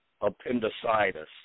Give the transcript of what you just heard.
appendicitis